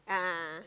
a'ah a'ah